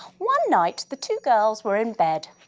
one night the two girls were in bed.